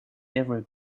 every